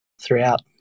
throughout